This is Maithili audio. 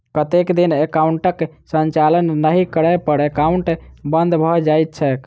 कतेक दिन एकाउंटक संचालन नहि करै पर एकाउन्ट बन्द भऽ जाइत छैक?